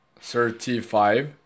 thirty-five